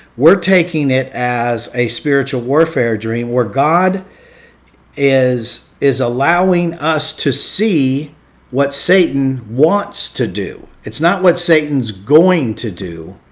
we're taking it as a spiritual warfare dream where god is is allowing us to see what satan wants to do. it's not what satan's going to do,